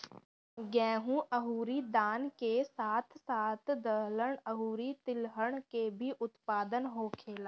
गेहूं अउरी धान के साथ साथ दहलन अउरी तिलहन के भी उत्पादन होखेला